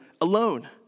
alone